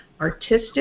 artistic